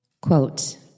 quote